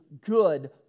good